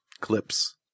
clips